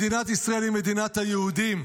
מדינת ישראל היא מדינת היהודים.